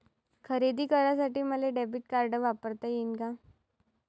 खरेदी करासाठी मले डेबिट कार्ड वापरता येईन का?